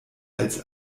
als